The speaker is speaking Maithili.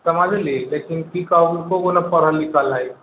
समझली लेकिन की कहू एको गो ना पढ़ल लिखल हइ